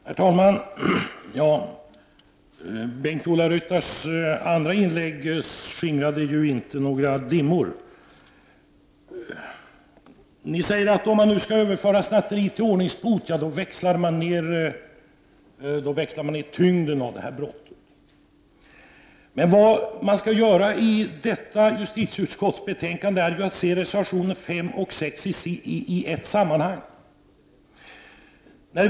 Herr talman! Bengt Ola Ryttars andra inlägg skingrade ju inte några dimmor. Bengt-Ola Ryttar säger att om snatterier skall överföras till ordningsbot växlas tyngden av brottet ned. Men vad man skall göra är att se reservatio nerna 5 och 6 i detta betänkande från justitieutskottet i ett sammanhang.